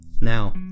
Now